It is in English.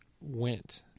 went